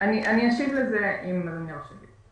אני אשיב לזה, אם אדוני ירשה לי.